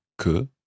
que